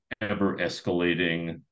ever-escalating